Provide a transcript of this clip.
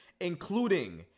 including